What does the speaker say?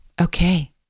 Okay